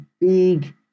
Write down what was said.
big